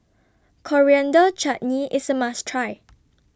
Coriander Chutney IS A must Try